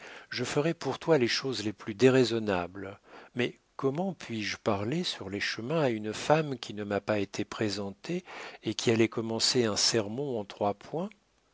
je ferais pour toi les choses les plus déraisonnables mais comment puis-je parler sur les chemins à une femme qui ne m'a pas été présentée et qui allait commencer un sermon en trois points